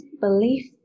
belief